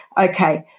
okay